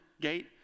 gate